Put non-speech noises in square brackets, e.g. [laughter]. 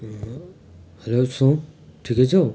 [unintelligible] ठिकै छौ